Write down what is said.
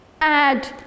add